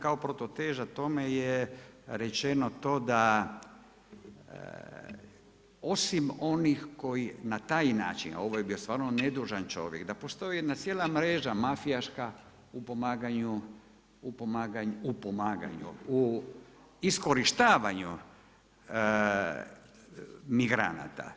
Kao protuteža tomu je rečeno to da osim onih koji na taj način, a ovo je stvarno bio nedužan čovjek, da postoji jedna cijela mreža mafijaška u pomaganju, u iskorištavanju migranata.